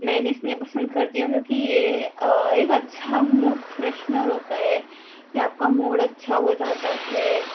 میں انہیں اس نیے پسند کرتی ہوں کہ یہ ایک اچھا موڈ فریشنر ہوتا ہے کہ آپ کا موڈ اچھا ہو جاتا ہے